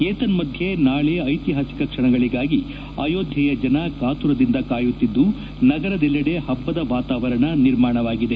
ಏತನ್ದದ್ದೆ ನಾಳಿನ ಐತಿಹಾಸಿಕ ಕ್ಷಣಗಳಿಗಾಗಿ ಆಯೋಧ್ಯೆಯ ಜನ ಕಾತುರದಿಂದ ಕಾಯುತ್ತಿದ್ದು ನಗರದೆಲ್ಲೆಡೆ ಪ್ಪುದ ವಾತಾವರಣ ನಿರ್ಮಾಣವಾಗಿದೆ